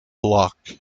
lock